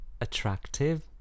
attractive